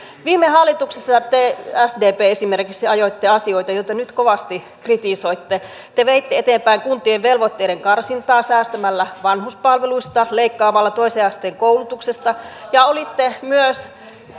viime hallituksessa te sdp esimerkiksi ajoitte asioita joita nyt kovasti kritisoitte te veitte eteenpäin kuntien velvoitteiden karsintaa säästämällä vanhuspalveluista leikkaamalla toisen asteen koulutuksesta ja olitte myös